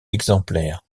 exemplaires